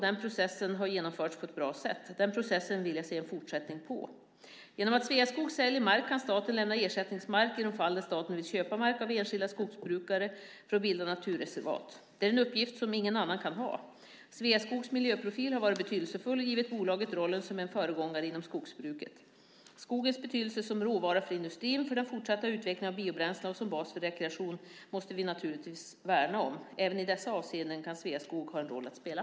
Den processen har genomförts på ett bra sätt, och den vill jag se en fortsättning på. Genom att Sveaskog säljer mark kan staten lämna ersättningsmark i de fall där staten vill köpa mark av enskilda skogsbrukare för att bilda naturreservat. Det är en uppgift som ingen annan kan ha. Sveaskogs miljöprofil har varit betydelsefull och givit bolaget rollen som en föregångare inom skogsbruket. Skogens betydelse som råvara för industrin, för den fortsatta utvecklingen av biobränslena och som bas för rekreation måste vi naturligtvis värna om. Även i dessa avseenden kan Sveaskog ha en roll att spela.